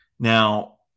Now